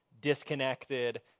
disconnected